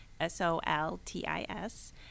s-o-l-t-i-s